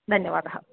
धन्यवादः